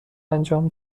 انجام